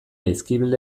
jaizkibel